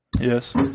Yes